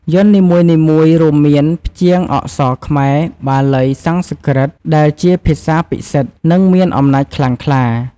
យ័ន្តនីមួយៗ រួមមានព្យាង្គអក្សរខ្មែរ–បាលី–សំស្ក្រឹត ដែលជាភាសាពិសិដ្ឋ និងមានអំណាចខ្លាំងក្លា។